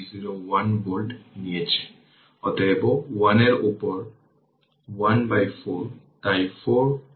সুতরাং I0 20 এবং তাই t 0 এর জন্য e t 2 t অ্যাম্পিয়ার